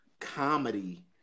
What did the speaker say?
comedy